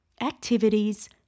activities